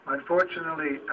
Unfortunately